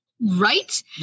right